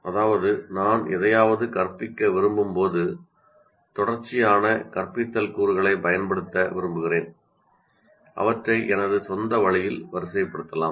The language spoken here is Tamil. அதாவது நான் எதையாவது கற்பிக்க விரும்பும்போது தொடர்ச்சியான கற்பித்தல் கூறுகளைப் பயன்படுத்த விரும்புகிறேன் அவற்றை எனது சொந்த வழியில் வரிசைப்படுத்தலாம்